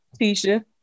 Tisha